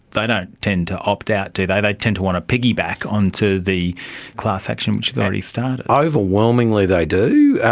they don't tend to opt out, do they, they tend to want to piggyback onto the class action which has already started. overwhelmingly they do,